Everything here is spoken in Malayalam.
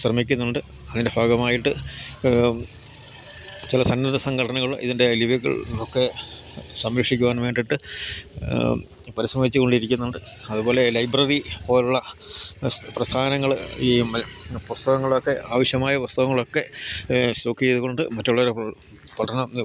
ശ്രമിക്കുന്നുണ്ട് അതിൻ്റെ ഭാഗമായിട്ട് ചില സന്നദ്ധ സംഘടനകൾ ഇതിൻ്റെ ലിപികൾ ക്കെ സംരക്ഷിക്കുവാൻ വേണ്ടിയിട്ട് പരിശ്രമിച്ചുകൊണ്ടിരിക്കുന്നുണ്ട് അതുപോലെ ലൈബ്രറി പോലുള്ള പ്രസ്ഥാനങ്ങള് ഈ പുസ്തകങ്ങളൊക്കെ ആവശ്യമായ പുസ്തകങ്ങളൊക്കെ സ്റ്റോക്ക് ചെയ്ത് കൊണ്ട് മറ്റുള്ളവരു പഠനം